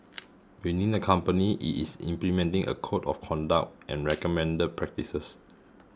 within the company it is implementing a code of conduct and recommended practices